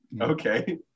Okay